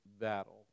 battle